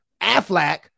Aflac